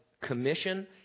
commission